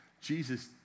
Jesus